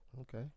okay